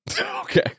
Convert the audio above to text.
Okay